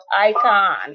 Icon